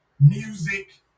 music